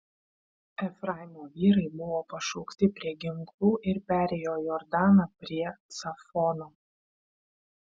efraimo vyrai buvo pašaukti prie ginklų ir perėjo jordaną prie cafono